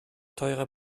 teure